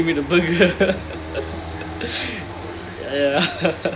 just give me a burger ya